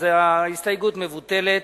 אז ההסתייגות מבוטלת.